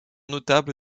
notable